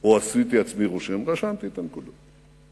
או עשיתי עצמי רושם, רשמתי את הנקודות.